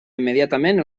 immediatament